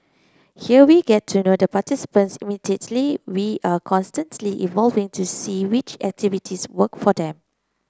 here we get to know the participants intimately we are constantly evolving to see which activities work for them